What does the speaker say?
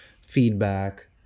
feedback